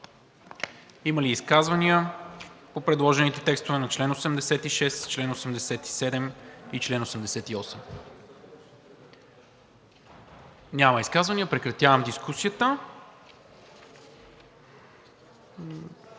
Има ли изказвания по предложените текстове на чл. 86, чл. 87 и чл. 88? Няма. Прекратявам дискусията.